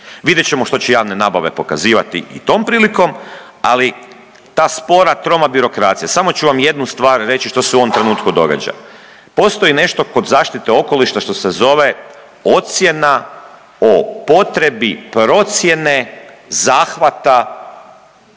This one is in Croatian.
Vidjet ćemo što će javne nabave pokazivati i tom prilikom, ali ta spora, troma birokracija samo ću vam jednu stvar reći što se u ovom trenutku događa. Postoji nešto kod zaštite okoliša što se zove ocjena o potrebi procjene zahvata